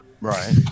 Right